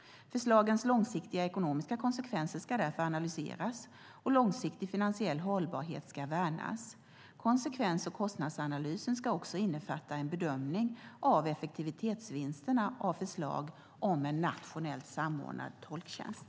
Förslagens långsiktiga ekonomiska konsekvenser ska därför analyseras, och långsiktig finansiell hållbarhet ska värnas. Konsekvens och kostnadsanalysen ska också innefatta en bedömning av effektivitetsvinsterna av förslag om en nationellt samordnad tolktjänst.